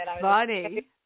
funny